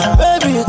baby